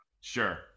sure